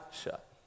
shut